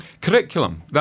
Curriculum